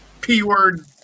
P-word